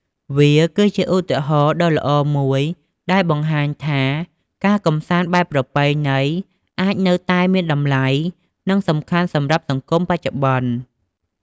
វាគឺជាឧទាហរណ៍ដ៏ល្អមួយដែលបង្ហាញថា ការកម្សាន្តបែបប្រពៃណីអាចនៅតែមានតម្លៃ និងសំខាន់សម្រាប់សង្គមបច្ចុប្បន្ន។